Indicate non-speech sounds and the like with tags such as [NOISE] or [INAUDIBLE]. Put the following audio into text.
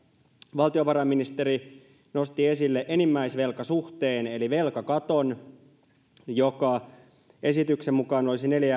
valtiovarainministeri nosti esille enimmäisvelkasuhteen eli velkakaton joka esityksen mukaan olisi neljä [UNINTELLIGIBLE]